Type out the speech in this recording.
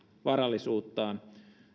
varallisuuttaan